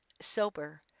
sober